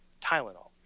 Tylenol